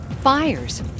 fires